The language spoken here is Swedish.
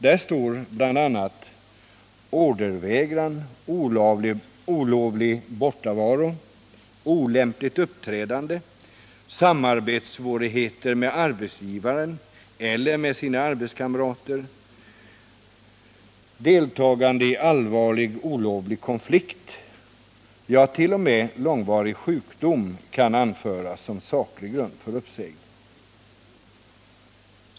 Där står bl.a. att ordervägran, olovlig bortovaro, olämpligt uppträdande, samarbetssvårigheter med arbetsgivaren eller med arbetskamraterna, deltagande i allvarlig olovlig konflikt, ja, att t.o.m. långvarig sjukdom kan anföras som saklig grund för uppsägning.